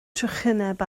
trychineb